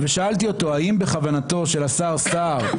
ושאלתי אותו האם בכוונתו של השר סער,